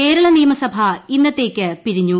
കേരള നിയമസഭ ഇന്നത്തേക്ക് പിരിഞ്ഞു